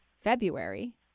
February